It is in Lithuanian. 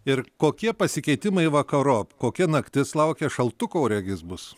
ir kokie pasikeitimai vakarop kokia naktis laukia šaltuko regis bus